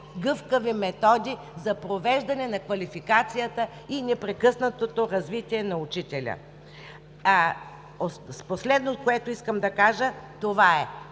по-гъвкави методи за провеждане на квалификацията и непрекъснатото развитие на учителя. Последното, което искам да кажа това,